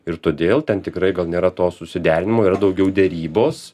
ir todėl ten tikrai gal nėra to susiderinimo yra daugiau derybos